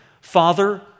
Father